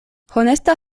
honesta